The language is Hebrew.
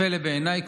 פלא בעיניי,